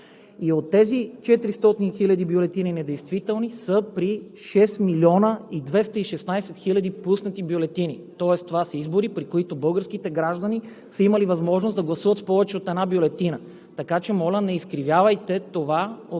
И тези 400 хиляди недействителни бюлетини са при 6 млн. 216 хил. пуснати бюлетини, тоест това са избори, при които българските граждани са имали възможност да гласуват с повече от една бюлетина. Така че, моля, не изкривявайте това